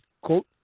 quote